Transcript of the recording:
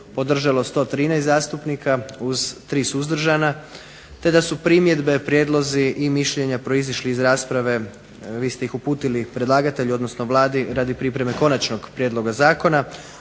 podržalo 113 zastupnika uz 3 suzdržana, te da su primjedbe, prijedlozi i mišljenja proizišli iz rasprave, vi ste ih uputili predlagatelju, odnosno Vladi radi pripreme konačnog prijedloga zakona.